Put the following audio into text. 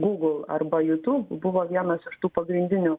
google arba youtube buvo vienas iš tų pagrindinių